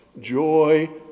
joy